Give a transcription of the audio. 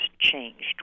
changed